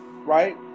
Right